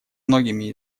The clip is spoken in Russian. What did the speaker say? многими